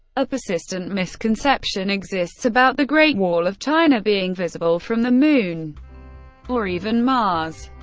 a persistent misconception exists about the great wall of china being visible from the moon or even mars.